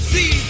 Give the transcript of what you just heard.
See